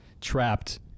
trapped